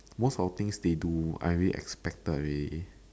most of the things they do I already expected already